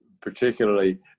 particularly